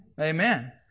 Amen